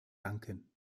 danken